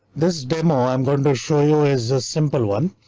this demo i'm going to show you is a simple one.